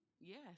Yes